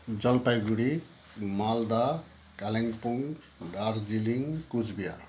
Jalpaiguri Malda Kalimpong Darjeeling Cooch Behar